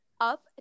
up